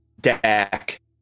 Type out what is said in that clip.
Dak